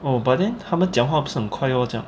oh but then 他们讲话不是很快 lor 这样